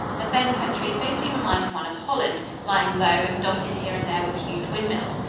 the fen country faintly reminds one of holland, lying low and dotted here and there with huge windmills.